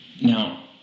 now